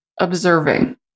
observing